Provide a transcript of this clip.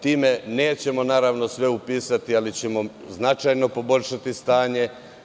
Time nećemo sve upisati, ali ćemo značajno poboljšati stanje.